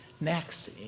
next